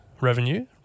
revenue